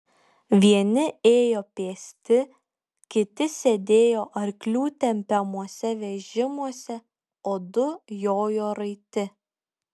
vieni ėjo pėsti kiti sėdėjo arklių tempiamuose vežimuose o du jojo raiti